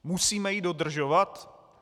Musíme ji dodržovat?